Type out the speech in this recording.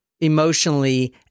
emotionally